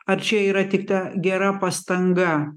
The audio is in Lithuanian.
ar čia yra tik ta gera pastanga